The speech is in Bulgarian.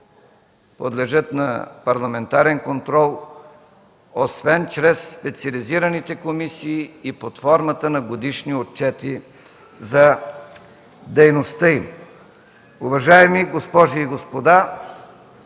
подлежат на парламентарен контрол, освен чрез специализираните комисии и под формата на годишни отчети за дейността им. Уважаеми госпожи и господа,